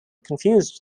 confused